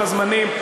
אילוצי לוח הזמנים.